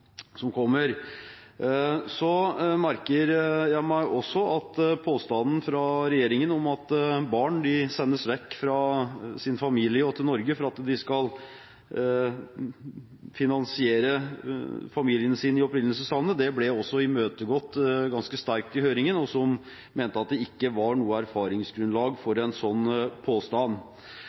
som kommer. Så merker jeg meg også at påstanden fra regjeringen om at barn sendes vekk fra sin familie og til Norge for at de skal finansiere familien sin i opprinnelseslandet, også ble imøtegått ganske sterkt i høringen, der man mente at det ikke var noe erfaringsgrunnlag for en slik påstand.